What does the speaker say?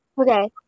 Okay